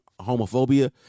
homophobia